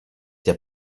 der